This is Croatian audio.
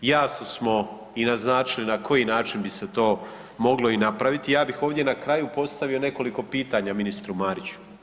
Jasno smo i naznačili na koji način bi se to moglo i napraviti, ja bih ovdje na kraju postavio nekoliko pitanja ministru Mariću.